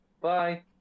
bye